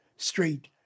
street